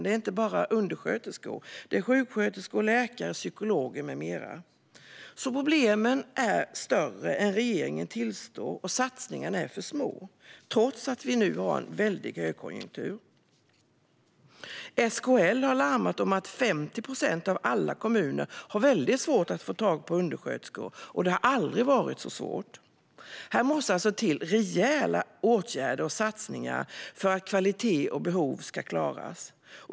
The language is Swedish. Det gäller inte bara undersköterskor utan sjuksköterskor, läkare, psykologer med flera. Problemen är större än regeringen tillstår, och satsningarna är för små, trots att vi har en väldig högkonjunktur. SKL har larmat om att 50 procent av alla kommuner har svårt att få tag på undersköterskor och att det aldrig har varit så svårt. Här måste det till rejäla åtgärder och satsningar för att kvalitet och behov ska klaras.